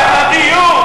מה עם הדיור,